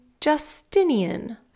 Justinian